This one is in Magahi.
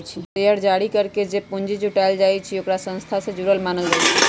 शेयर जारी करके जे पूंजी जुटाएल जाई छई ओकरा संस्था से जुरल मानल जाई छई